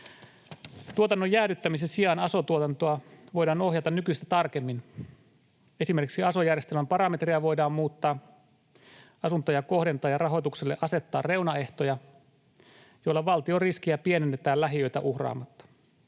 Tuotannon jäädyttämisen sijaan aso-tuotantoa voidaan ohjata nykyistä tarkemmin. Esimerkiksi aso-järjestelmän parametrejä voidaan muuttaa, asuntoja kohdentaa ja rahoitukselle asettaa reunaehtoja, joilla valtion riskiä pienennetään lähiöitä uhraamatta.